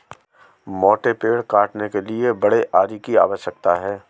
मोटे पेड़ काटने के लिए बड़े आरी की आवश्यकता है